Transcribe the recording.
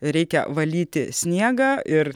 reikia valyti sniegą ir